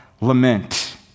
lament